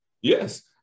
Yes